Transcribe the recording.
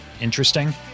interesting